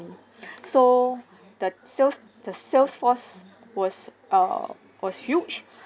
so the sales the sales force was err was huge